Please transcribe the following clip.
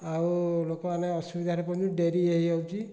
ଆଉ ଲୋକମାନେ ଅସୁବିଧାରେ ପଡ଼ୁଛନ୍ତି ଡେରି ହେଇଯାଉଛି